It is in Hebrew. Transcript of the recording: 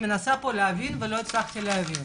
דברים שלא הצלחתי להבין